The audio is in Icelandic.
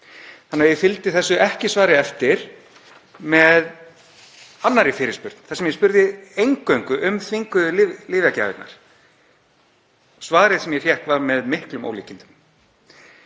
Ég fylgdi þessu ekki-svari eftir með annarri fyrirspurn þar sem ég spurði eingöngu um þvinguðu lyfjagjafirnar. Svarið sem ég fékk var með miklum ólíkindum.